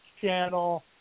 channel